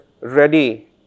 ready